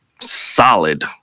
solid